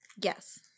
Yes